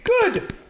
Good